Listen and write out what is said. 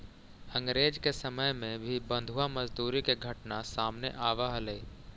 अंग्रेज के समय में भी बंधुआ मजदूरी के घटना सामने आवऽ हलइ